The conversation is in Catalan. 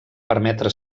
permetre